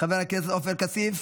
חבר הכנסת עופר כסיף,